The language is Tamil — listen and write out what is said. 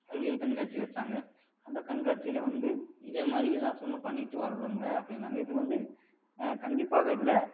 அறிவியல் கண்காட்சி வச்சாங்க அந்த கண்காட்சியில வந்து இதேமாதிரி ஏதாச்சும் ஒன்று பண்ணிட்டு வரணுங்க அப்படின்னாங்க இது வந்து கண்டிப்பாக இல்லை